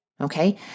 Okay